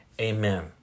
amen